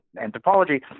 Anthropology